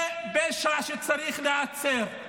זה פשע שצריך להיעצר.